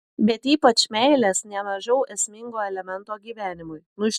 bet ypač meilės ne mažiau esmingo elemento gyvenimui